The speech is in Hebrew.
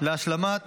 להשלמת